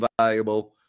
valuable